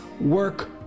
work